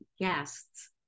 guests